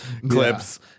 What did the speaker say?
clips